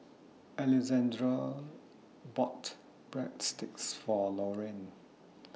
Alexandre bought Breadsticks For Loriann